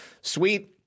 sweet